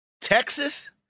Texas